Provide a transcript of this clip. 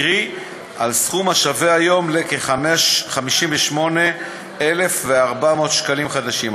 קרי על סכום השווה היום לכ-58,400 שקלים חדשים.